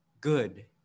good